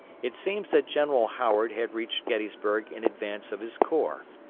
it seems that general howard had reached gettysburg in advance of his corps,